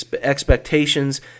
expectations